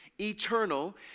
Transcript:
eternal